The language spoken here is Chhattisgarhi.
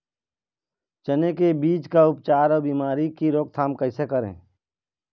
चने की बीज का उपचार अउ बीमारी की रोके रोकथाम कैसे करें?